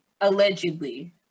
allegedly